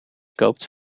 koopt